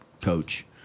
coach